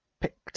picked